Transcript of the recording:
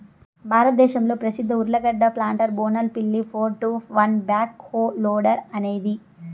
భారతదేశంలో ప్రసిద్ధ ఉర్లగడ్డ ప్లాంటర్ బోనాల్ పిల్లి four two one backhoe loader అనేది